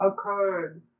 occurred